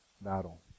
Battle